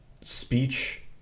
speech